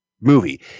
movie